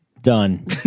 Done